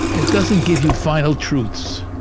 it doesn't give you final truths.